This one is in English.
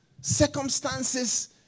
circumstances